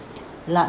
blunt